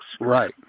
Right